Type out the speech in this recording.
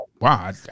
Wow